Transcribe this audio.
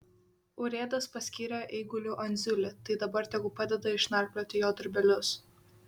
urėdas paskyrė eiguliu andziulį tai dabar tegu padeda išnarplioti jo darbelius